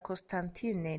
constantine